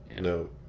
no